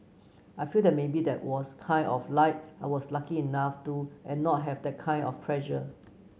I feel that maybe that was kind of like I was lucky enough to and not have that kind of pressure